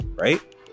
right